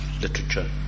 literature